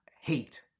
hate